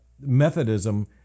Methodism